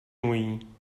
mojí